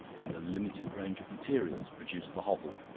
and a limited range of materials produced the hovel,